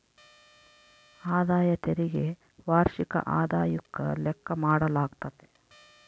ಆದಾಯ ತೆರಿಗೆ ವಾರ್ಷಿಕ ಆದಾಯುಕ್ಕ ಲೆಕ್ಕ ಮಾಡಾಲಾಗ್ತತೆ